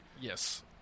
Yes